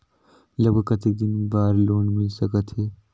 लगभग कतेक दिन बार लोन मिल सकत हे?